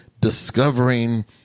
discovering